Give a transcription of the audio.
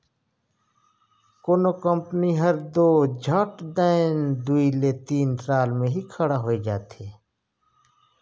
कोनो कंपनी हर दो झट दाएन दुई ले तीन साल में ही खड़ा होए जाथे